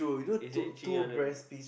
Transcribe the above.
is already three hundred